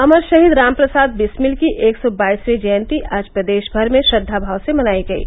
अमर षहीद राम प्रसाद बिस्मिल की एक सौ बाईसवीं जयंती आज प्रदेष भर में श्रद्वाभाव से मनायी गयी